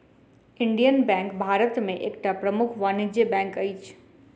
Indian bank Bharat में एकटा प्रमुख वाणिज्य बैंक अछि